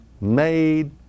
made